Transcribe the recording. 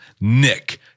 Nick